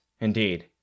indeed